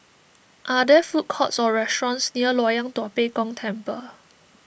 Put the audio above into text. are there food courts or restaurants near Loyang Tua Pek Kong Temple